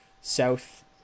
south